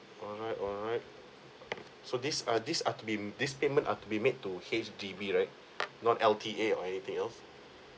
alright alright so these are these are to be these statement are to be made to H_D_B right not L T A or anything else